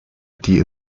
die